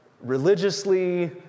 religiously